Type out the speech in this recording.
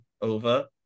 over